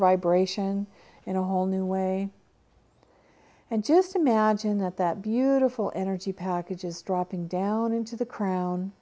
vibration in a whole new way and just imagine that that beautiful energy packages dropping down into the crown